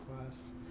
class